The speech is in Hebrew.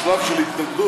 בשלב של התנגדות,